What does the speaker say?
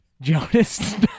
Jonas